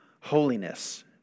holiness